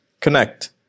Connect